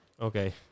Okay